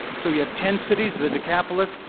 so you have ten cities the decapolis,